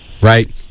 right